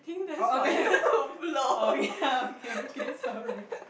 oh oh oh okay okay sorry